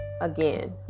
again